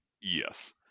Yes